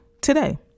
today